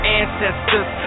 ancestors